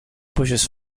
pushes